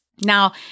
Now